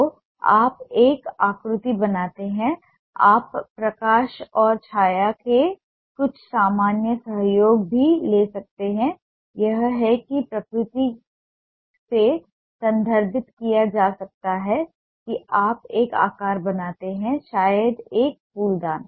तो आप एक आकृति बनाते हैं आप प्रकाश और छाया के कुछ सामान्य सहयोग भी ले सकते हैं यह है कि प्रकृति से संदर्भित किया जा सकता है कि आप एक आकार बनाते हैं शायद एक फूलदान